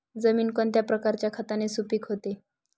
जमीन कोणत्या प्रकारच्या खताने सुपिक होते?